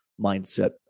mindset